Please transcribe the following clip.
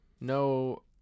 no